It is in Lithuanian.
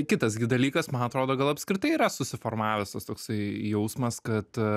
kitas gi dalykas man atrodo gal apskritai yra susiformavęs tas toksai jausmas kad